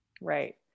Right